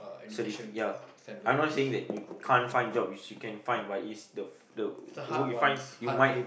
certifi~ ya I'm not saying that you can't find job is you can find but is the the work you find you might